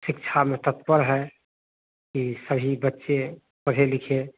शिक्षा में तत्पर है कि सभी बच्चे पढ़े लिखे